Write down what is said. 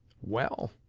well,